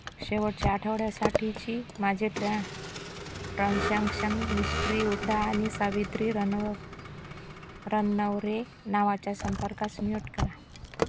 शेवटच्या आठवड्यासाठीची माझी ट्र्या ट्रॅनज्यानक्शन हिस्टरी उघडा आणि सावित्री रनव रननवरे नावाच्या संपर्कास म्यूट करा